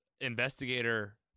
investigator